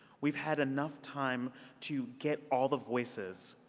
we've had enough time to get all the voices,